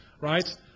right